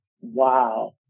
Wow